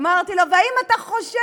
אמרתי לו: והאם אתה חושב